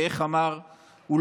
שאיך אמרו,